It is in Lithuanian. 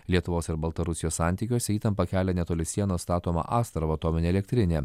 lietuvos ir baltarusijos santykiuose įtampą kelia netoli sienos statoma astravo atominė elektrinė